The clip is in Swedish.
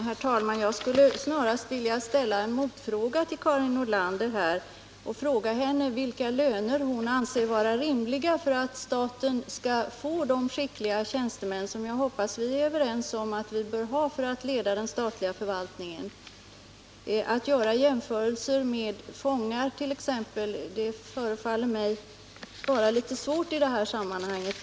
Herr talman! Jag skulle snarast vilja ställa en motfråga till Karin Nordlander: Vilka löner anser Karin Nordlander vara rimliga för att staten skall få de skickliga tjänstemän som jag hoppas att vi är överens om att vi bör ha för att kunna leda den statliga förvaltningen? Att göra jämförelser med t.ex. fångarnas situation förefaller mig faktiskt vara litet svårt i det här sammanhanget.